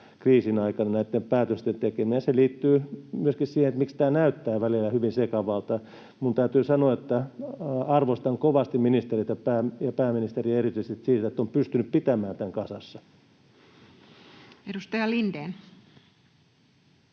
kriisin aikana näitten päätösten tekeminen. Ja se liittyy myöskin siihen, miksi tämä näyttää välillä hyvin sekavalta. Minun täytyy sanoa, että arvostan kovasti ministereitä — ja pääministeriä erityisesti — siitä, että he ovat pystyneet pitämään tämän kasassa. [Speech